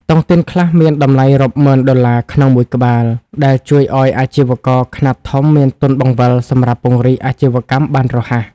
តុងទីនខ្លះមានតម្លៃរាប់ម៉ឺនដុល្លារក្នុងមួយក្បាល ដែលជួយឱ្យអាជីវករខ្នាតធំមានទុនបង្វិលសម្រាប់ពង្រីកអាជីវកម្មបានរហ័ស។